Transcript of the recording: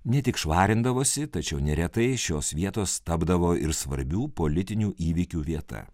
ne tik švarindavosi tačiau neretai šios vietos tapdavo ir svarbių politinių įvykių vieta